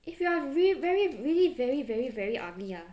if you are really very really very very very ugly ah